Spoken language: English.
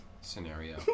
scenario